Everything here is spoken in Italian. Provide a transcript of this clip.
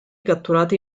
catturati